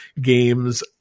games